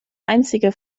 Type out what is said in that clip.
einzige